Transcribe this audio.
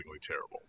terrible